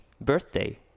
birthday